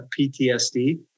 PTSD